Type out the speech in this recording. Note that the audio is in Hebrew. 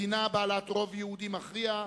מדינה בעלת רוב יהודי מכריע,